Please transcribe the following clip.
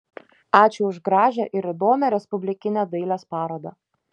ačiū už gražią ir įdomią respublikinę dailės parodą